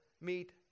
meet